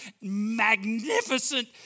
magnificent